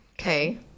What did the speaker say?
okay